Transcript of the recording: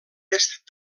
est